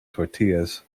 tortillas